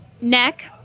neck